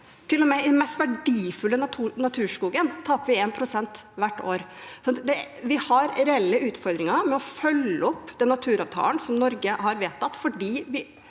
i den mest verdifulle naturskogen taper vi 1 pst. hvert år. Vi har reelle utfordringer med å følge opp den naturavtalen som Norge har vedtatt,